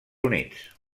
units